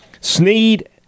Sneed